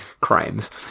crimes